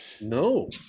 No